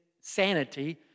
sanity